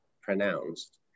pronounced